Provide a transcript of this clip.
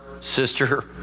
sister